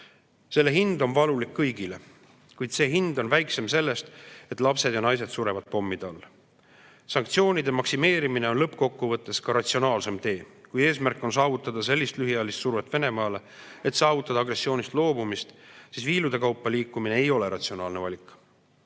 Selle hind on valulik kõigile, kuid see hind on väiksem sellest, et lapsed ja naised surevad pommide all. Sanktsioonide maksimeerimine on lõppkokkuvõttes ka ratsionaalsem tee. Kui eesmärk on saavutada sellist lühiajalist survet Venemaale, et saavutada agressioonist loobumist, siis viilude kaupa liikumine ei ole ratsionaalne valik.